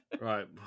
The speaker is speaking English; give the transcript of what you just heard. right